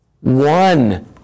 one